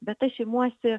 bet aš imuosi